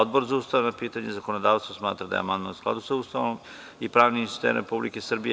Odbor za ustavna pitanja i zakonodavstvo smatra da je amandman u skladu sa Ustavom i pravnim sistemom Republike Srbije.